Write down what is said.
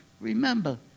Remember